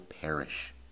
perish